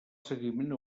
seguiment